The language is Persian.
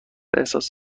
احساس